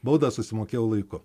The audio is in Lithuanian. baudą susimokėjau laiku